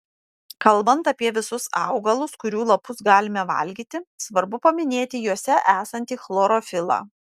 kalbant apie visus augalus kurių lapus galime valgyti svarbu paminėti juose esantį chlorofilą